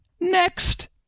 Next